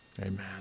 amen